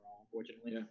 unfortunately